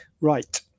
Right